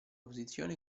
posizione